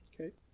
Okay